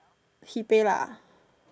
he pay lah